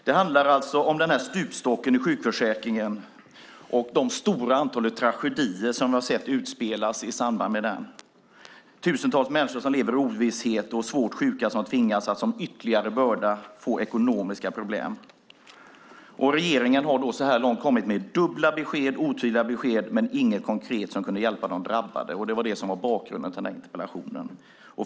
Det handlar alltså om stupstocken i sjukförsäkringen och det stora antal tragedier som vi har sett utspelas i samband med den. Tusentals människor lever i ovisshet, och svårt sjuka tvingas att som ytterligare börda få ekonomiska problem. Regeringen har så här långt kommit med dubbla besked, otydliga besked, men inget konkret som kunnat hjälpa de drabbade. Det var det som var bakgrunden till den här interpellationen.